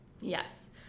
Yes